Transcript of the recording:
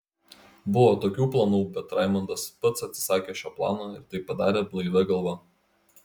buvo tokių planų bet raimondas pats atsisakė šio plano ir tai padarė blaivia galva